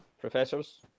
Professors